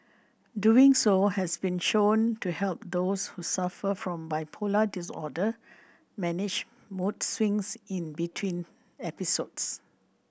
doing so has been shown to help those who suffer from bipolar disorder manage mood swings in between episodes